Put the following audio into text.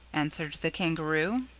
answered the kangaroo.